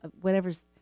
whatever's